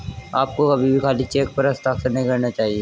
आपको कभी भी खाली चेक पर हस्ताक्षर नहीं करना चाहिए